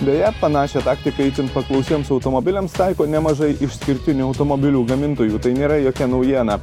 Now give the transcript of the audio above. beje panašią taktiką itin paklausiems automobiliams taiko nemažai išskirtinių automobilių gamintojų tai nėra jokia naujiena